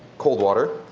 cold water.